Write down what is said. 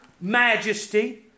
majesty